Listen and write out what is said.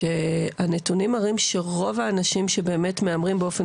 הנתונים מראים שרוב האנשים שבאמת מהמרים באופן